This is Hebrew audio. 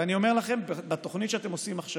ואני אומר לכם: בתוכנית שאתם עושים עכשיו,